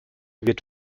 wird